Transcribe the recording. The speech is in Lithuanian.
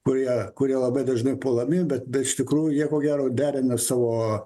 kurie kurie labai dažnai puolami bet bet iš tikrųjų jie ko gero derina savo